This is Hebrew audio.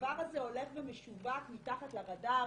הדבר הזה הולך ומשווק מתחת לרדאר